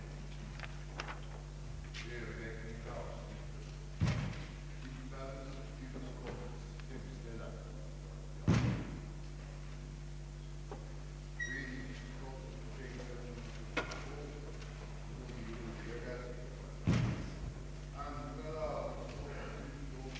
I detta sammanhang hade utskottet behandlat följande motionsyrkanden: en ökning av utgiftsramen med samma belopp,